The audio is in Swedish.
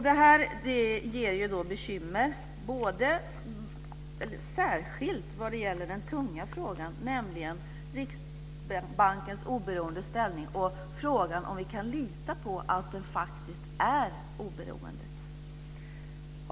Detta ger ju bekymmer, särskilt när det gäller den tunga frågan, nämligen Riksbankens oberoende ställning och frågan om vi kan lita på att den faktiskt är oberoende.